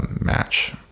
match